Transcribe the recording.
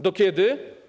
Do kiedy?